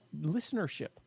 listenership